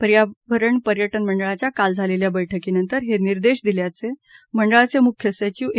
पर्यावरण पर्यटन मंडळाच्या काल झालेल्या बैठकीनंतर हे निर्देश दिल्याचं मंडळाचे मुख्य सचिव ए